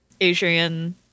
Adrian